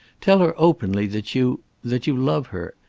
tell her openly that you that you love her,